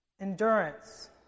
endurance